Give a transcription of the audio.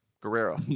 Guerrero